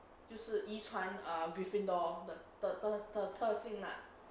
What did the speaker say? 就是遗传 err gryffindor 的的的的特性 lah